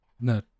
No